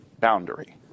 boundary